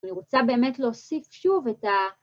אני רוצה באמת להוסיף שוב את ה...